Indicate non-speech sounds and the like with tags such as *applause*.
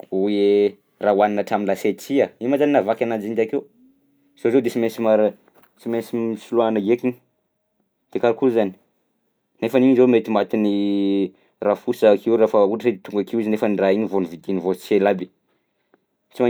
Koe! Raha hohanina hatram'lasiety si a! Ino moa zany nahavaky ananjy iny takeo? Zao zao de sy mainsy mara- sy mainsy soloana ndraika i,ny de karakôry zany? Nefany iny zao mety matin'ny rafosy zaho akeo rehefa ohatra hoe tonga akeo izy nefany raha igny vao nividiany vao tsy ela aby. *noise*